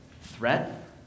threat